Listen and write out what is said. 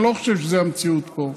אני לא חושב שזו המציאות פה.